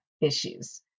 issues